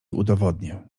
udowodnię